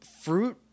Fruit